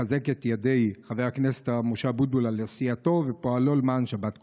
ומחזק את ידי ח"כ הרב משה אבוטבול על עשייתו ופועלו למען שבת קודש".